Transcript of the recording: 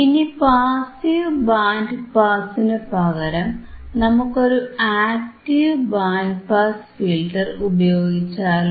ഇനി passive band പാസിനു പകരം നമുക്കൊരു ആക്ടീവ് ബാൻഡ് പാസ് ഫിൽറ്റർ ഉപയോഗിച്ചാലോ